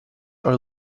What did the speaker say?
are